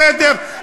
בסדר.